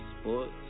sports